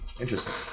Interesting